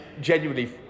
genuinely